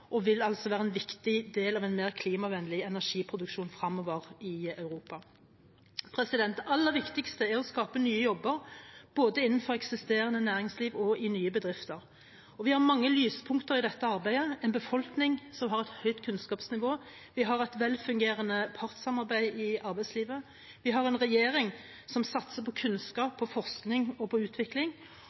og vil altså være en viktig del av en mer klimavennlig energiproduksjon fremover i Europa. Det aller viktigste er å skape nye jobber, både innenfor eksisterende næringsliv og i nye bedrifter, og vi har mange lyspunkter i dette arbeidet: Vi har en befolkning som har et høyt kunnskapsnivå, vi har et velfungerende partssamarbeid i arbeidslivet, vi har en regjering som satser på kunnskap, på forskning og på utvikling,